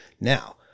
Now